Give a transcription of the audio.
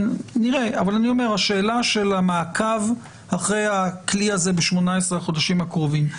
אבל שאלת המעקב אחרי הכלי הזה ב-18 החודשים הקרובים.